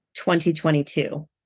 2022